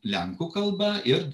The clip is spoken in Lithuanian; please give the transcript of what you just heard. lenkų kalba ir